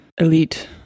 elite